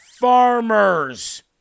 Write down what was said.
farmers